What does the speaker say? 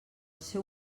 seu